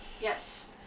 Yes